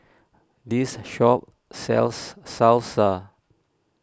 this shop sells Salsa